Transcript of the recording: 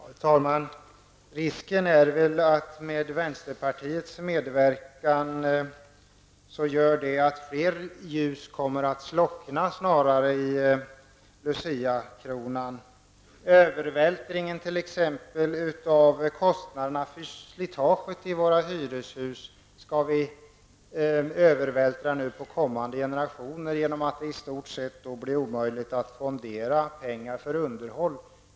Herr talman! Risken är att med vänsterpartiets medverkan kommer fler ljus att slockna i Luciakronan. Kostnaderna för slitage i våra hyreshus skall vi nu övervältra på kommande generationer genom att det i stort sett blir omöjligt att fondera pengar för underhåll.